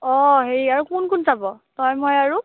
অ হেৰি আৰু কোন কোন যাব তই মই আৰু